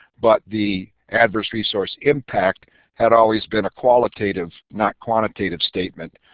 but the adverse resource impact had always been a qualitative not quantitative statement.